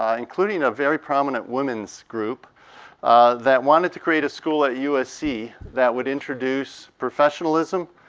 ah including a very prominent women's group that wanted to create a school at usc that would introduce professionalism,